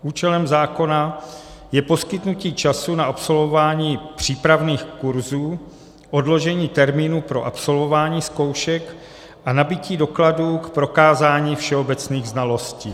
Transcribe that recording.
Účelem zákona je poskytnutí času na absolvování přípravných kurzů, odložení termínů pro absolvování zkoušek a nabytí dokladu k prokázání všeobecných znalostí.